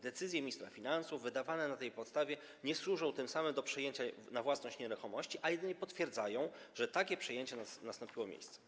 Decyzje ministra finansów wydawane na tej podstawie nie służą tym samym do przejęcia na własność nieruchomości, ale jedynie potwierdzają, że takie przejęcie nastąpiło, miało miejsce.